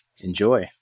enjoy